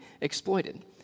exploited